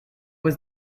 was